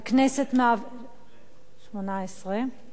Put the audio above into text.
שמונֶה-עשרה.